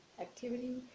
activity